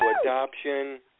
adoption